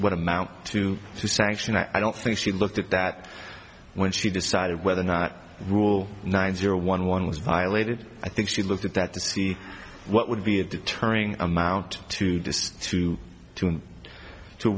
what amount to sanction i don't think she looked at that when she decided whether or not rule nine zero one one was violated i think she looked at that to see what would be a deterring amount to decide to to to